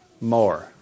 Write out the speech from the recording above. more